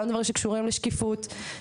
גם דברים שקשורים לשקיפות.